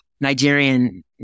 Nigerian